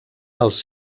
els